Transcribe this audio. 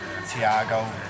Thiago